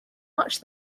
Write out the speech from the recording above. much